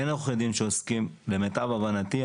אין עורכי דין שעוסקים, למיטב הבנתי.